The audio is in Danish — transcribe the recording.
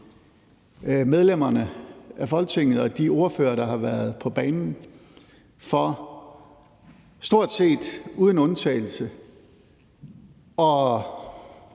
medlemmerne af Folketinget og de ordførere, der har været på banen, for stort set uden undtagelse at